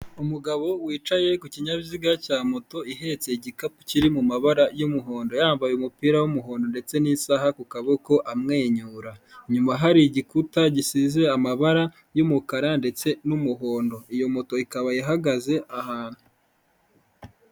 Umugabo wicaye ku kinyabiziga cya moto ihetse igikapu kiri mu mabara y'umuhondo, yambaye umupira w'umuhondo ndetse n'isaha ku kaboko amwenyura, inyuma hari igikuta gisize amabara y'umukara ndetse n'umuhondo, iyo moto ikaba ihagaze ahantu.